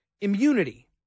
immunity